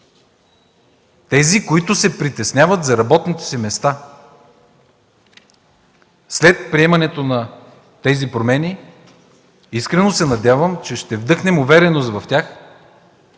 тези, които се притесняват за работните си места. След приемането на тези промени искрено се надявам, че ще вдъхнем увереност в тях,